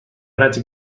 raigs